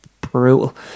brutal